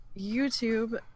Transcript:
youtube